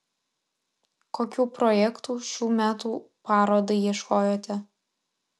kokių projektų šių metų parodai ieškojote